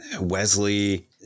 Wesley